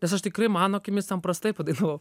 nes aš tikrai mano akimis ten prastai padainavau